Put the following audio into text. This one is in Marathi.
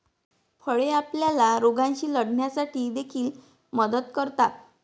फळे आपल्याला रोगांशी लढण्यासाठी देखील मदत करतात